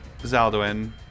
Zaldwin